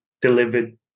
delivered